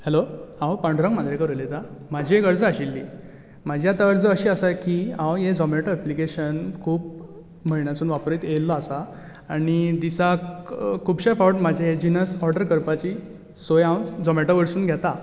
hello हांव पांडुरंग मांद्रेकार उलयतां म्हाजी एक अर्ज आशिल्ली म्हाजी आतां अर्ज अशी आसा की हांव हें झोमेटो एप्लिकेशन खूब म्हयन्यांसून वापरीत येयल्लो आसा आनी दिसाक खुबशे फावट म्हाजे जिन्नस ऑर्डर करपाची सोय हांव झोमॅटो वयरसून घेतां